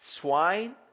swine